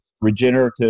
regenerative